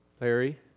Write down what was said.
Larry